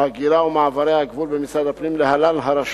ההגירה ומעברי הגבול במשרד הפנים, להלן, הרשות.